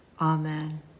Amen